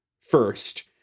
first